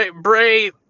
Bray